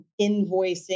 invoicing